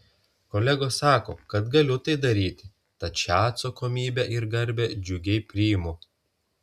kolegos sako kad galiu tai daryti tad šią atsakomybę ir garbę džiugiai priimu